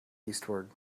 eastward